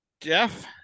Jeff